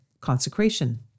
consecration